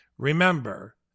Remember